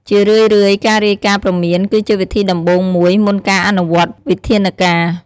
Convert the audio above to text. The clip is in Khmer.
ជារឿយៗ ការរាយការណ៍ព្រមានគឺជាវិធីដំបូងមួយ មុនការអនុវត្តន៍វិធានការ។